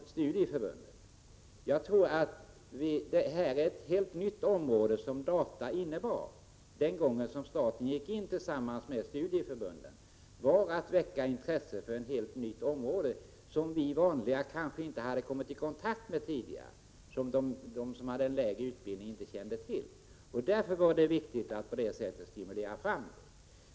Data var ju vid det aktuella tillfället ett helt nytt område. Jag tror att anledningen till att staten gick in och stödde studieförbunden var att man ville väcka intresse just för ett helt nytt område som människor med lägre utbildning kanske inte tidigare hade kommit i kontakt med. Det var således viktigt att stimulera intresset för detta område.